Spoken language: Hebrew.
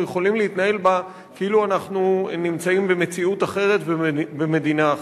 יכולים להתנהל בה כאילו אנחנו נמצאים במציאות אחרת ובמדינה אחרת.